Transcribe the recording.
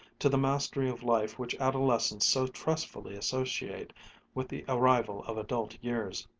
to the mastery of life which adolescents so trustfully associate with the arrival of adult years.